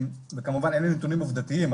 כמובן אין לי נתונים עובדתיים,